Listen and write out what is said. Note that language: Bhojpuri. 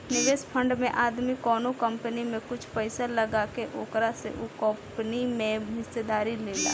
निवेश फंड में आदमी कवनो कंपनी में कुछ पइसा लगा के ओकरा से उ कंपनी में हिस्सेदारी लेला